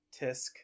Tisk